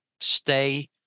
stay